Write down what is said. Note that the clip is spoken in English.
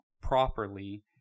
properly